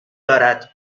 دارد